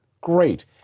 great